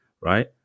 right